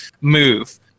move